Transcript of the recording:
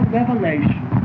revelation